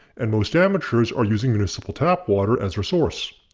and most amateurs are using municipal tap water as their source.